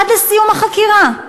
עד לסיום החקירה?